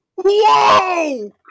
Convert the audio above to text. Whoa